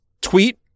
tweet